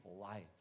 life